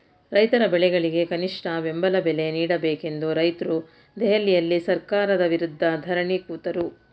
ರೈತರ ಬೆಳೆಗಳಿಗೆ ಕನಿಷ್ಠ ಬೆಂಬಲ ಬೆಲೆ ನೀಡಬೇಕೆಂದು ರೈತ್ರು ದೆಹಲಿಯಲ್ಲಿ ಸರ್ಕಾರದ ವಿರುದ್ಧ ಧರಣಿ ಕೂತರು